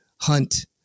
hunt